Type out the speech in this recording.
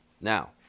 Now